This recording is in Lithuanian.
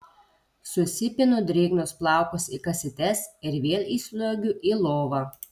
susipinu drėgnus plaukus į kasytes ir vėl įsliuogiu į lovą